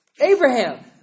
Abraham